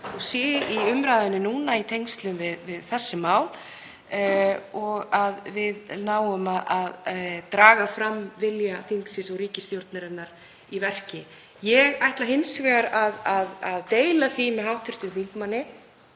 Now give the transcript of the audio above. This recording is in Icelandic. og sé í umræðunni núna í tengslum við þessi mál og að við náum að draga fram vilja þingsins og ríkisstjórnarinnar í verki. Ég ætla hins vegar að deila því með hv. þingmanni